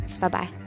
Bye-bye